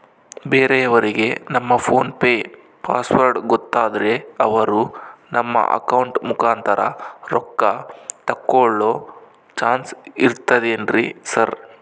ಬೇರೆಯವರಿಗೆ ನಮ್ಮ PhonePe password ಗೊತ್ತಾದ್ರೆ ಅವರು ನಮ್ಮ ಅಕೌಂಟ್ ಮುಖಾಂತರ ರೊಕ್ಕ ತಕ್ಕೊಳ್ಳೋ ಚಾನ್ಸ್ ಇರ್ತದೆನ್ರಿ ಸರ್?